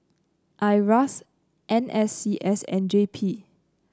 Iras N S C S and J P